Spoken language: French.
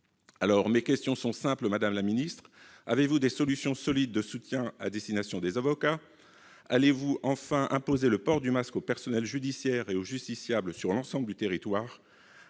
peines. Mes questions sont simples, madame la garde des sceaux : avez-vous des solutions solides de soutien à destination des avocats ? Allez-vous enfin imposer le port du masque aux personnels judiciaires et aux justiciables sur l'ensemble du territoire ?